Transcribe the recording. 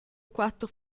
quater